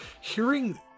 hearing